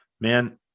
man